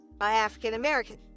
African-American